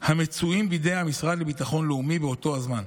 המצויים בידי המשרד לביטחון לאומי באותו הזמן.